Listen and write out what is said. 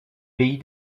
pays